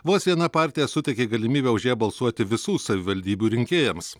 vos viena partija suteikia galimybę už ją balsuoti visų savivaldybių rinkėjams